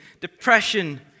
depression